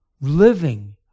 living